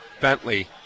Bentley